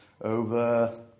over